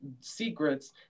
secrets